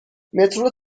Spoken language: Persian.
مترو